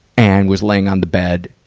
and was laying on the bed,